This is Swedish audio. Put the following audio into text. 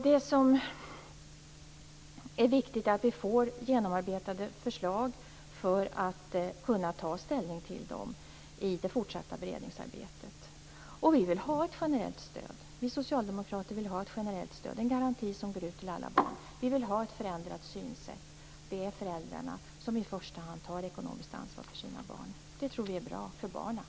Det är viktigt att vi får genomarbetade förslag för att vi skall kunna ta ställning till dem i det fortsatta beredningsarbetet. Vi socialdemokrater vill ha ett generellt stöd, en garanti som går ut till alla barn. Vi vill ha ett förändrat synsätt: Det är föräldrarna som i första hand tar ekonomiskt ansvar för sina barn. Vi tror att det är bra för barnen.